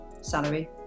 salary